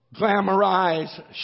glamorize